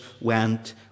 went